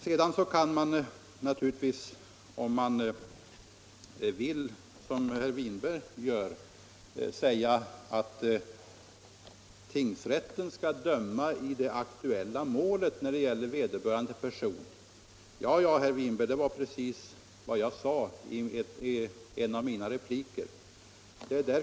Sedan kan man naturligtvis säga som herr Winberg gör att tingsrätten skall döma i det aktuella målet. Ja, herr Winberg, det är precis vad jag sade i en av mina repliker.